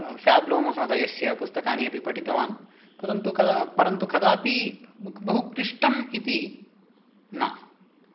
फ़्याब्लो महोदयस्य पुस्तकानि अपि पठितवान् परन्तु कदा परन्तु कदापि बहु क्लिष्टम् इति न